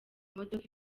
imodoka